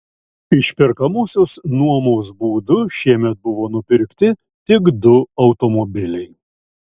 išperkamosios nuomos būdu šiemet buvo nupirkti tik du automobiliai